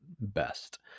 best